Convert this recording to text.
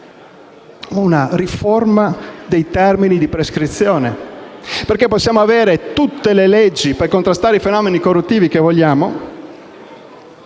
una riforma dei termini di prescrizione, perché possiamo avere tutte le leggi per contrastare i fenomeni corruttivi che vogliamo,